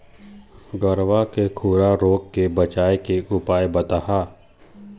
गरवा के खुरा रोग के बचाए के उपाय बताहा?